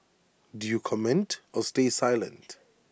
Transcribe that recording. do you comment or stay silent